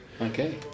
Okay